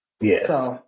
yes